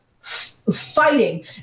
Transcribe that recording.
fighting